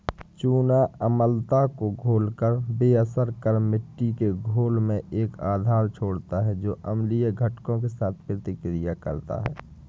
चूना अम्लता को घोलकर बेअसर कर मिट्टी के घोल में एक आधार छोड़ता है जो अम्लीय घटकों के साथ प्रतिक्रिया करता है